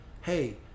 Hey